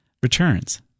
Returns